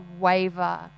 waver